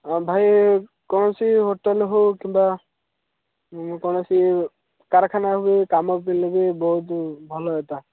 ଭାଇ କୌଣସି ହୋଟେଲ୍ ହେଉ କିମ୍ବା ମୁଁ କୌଣସି କାରଖାନା ହୁଏ କାମ ଥିଲେ ବି ବହୁତ ଭଲ ହୁଅନ୍ତା